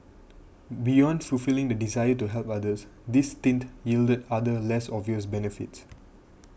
beyond fulfilling the desire to help others this stint yielded other less obvious benefits